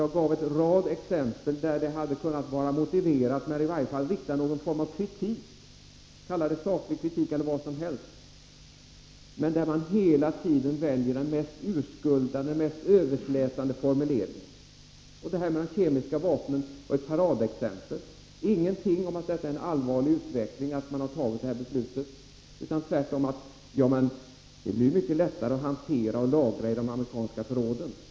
Jag gav en rad exempel på att det hade varit motiverat att rikta kritik — kalla det saklig kritik eller vad som helst — mot USA, men moderaterna väljer hela tiden de mest urskuldande och mest överslätade formuleringar. Frågan om de kemiska vapnen var ett paradexempel. Moderaterna säger ingenting om att det beslut som fattats i USA innebär en allvarlig utveckling. Tvärtom säger ni: Ja, men det är lättare att hantera de här vapnen och lagra dem i de amerikanska förråden.